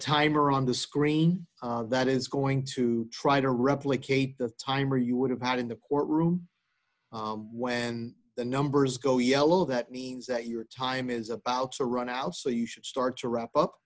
timer on the screen that is going to try to replicate the timer you would have had in the courtroom when the numbers go yellow that means that your time is about to run out so you should start to wrap up